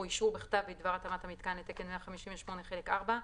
או אישור בכתב בדבר התאמת המיתקן לתקן 158 חלק 4,